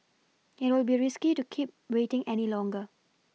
it will be risky to keep waiting any longer